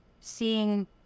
seeing